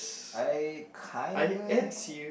I kinda am